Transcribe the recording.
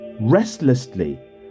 Restlessly